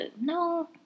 No